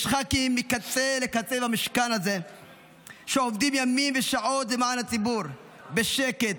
יש ח"כים מקצה לקצה במשכן הזה שעובדים ימים ושעות למען הציבור בשקט,